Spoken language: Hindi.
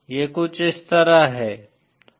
यह कुछ इस तरह है